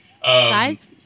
Guys